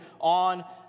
on